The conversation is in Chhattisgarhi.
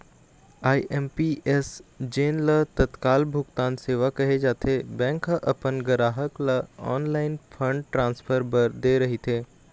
आई.एम.पी.एस जेन ल तत्काल भुगतान सेवा कहे जाथे, बैंक ह अपन गराहक ल ऑनलाईन फंड ट्रांसफर बर दे रहिथे